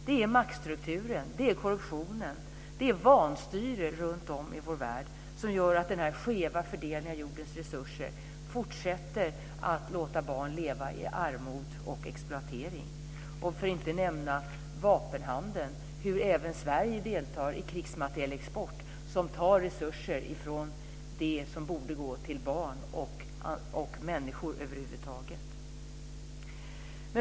Det är maktstrukturen, korruptionen och vanstyre runtom i vår värld som gör att denna skeva fördelning av jordens resurser fortsätter att låta barn leva i armod och exploatering, för att inte nämna vapenhandeln. Även Sverige deltar i krigsmaterielexport som tar resurser från det som borde gå till barn och människor över huvud taget.